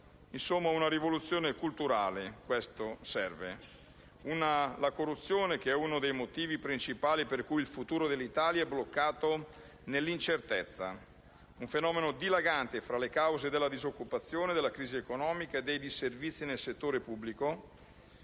Insomma, serve una rivoluzione culturale. La corruzione è uno dei motivi principali per cui il futuro dell'Italia è bloccato nell'incertezza. È un fenomeno dilagante fra le cause della disoccupazione, della crisi economica e dei disservizi nel settore pubblico